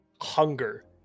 hunger